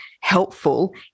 helpful